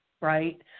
right